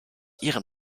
ihrem